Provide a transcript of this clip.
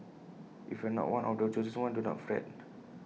if you are not one of the chosen ones do not fret